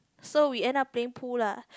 so we end up playing pool lah